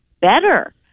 better